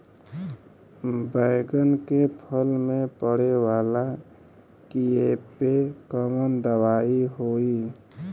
बैगन के फल में पड़े वाला कियेपे कवन दवाई होई?